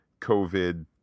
COVID